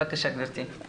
בבקשה, גברתי.